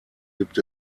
gibt